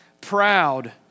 proud